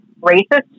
racist